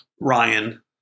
Ryan